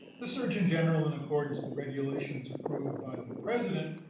the surgeon general, in accordance with the regulations approved by the president,